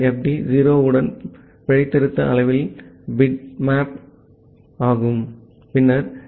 D 0 உடன் பிழைத்திருத்த அளவின் பிட்மேப் ஆகும் பின்னர் எஃப்